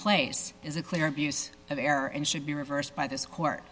place is a clear abuse of error and should be reversed by this court